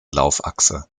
laufachse